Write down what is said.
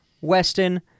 Weston